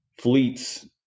Fleets